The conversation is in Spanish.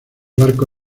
barco